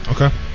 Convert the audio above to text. okay